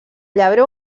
llebrer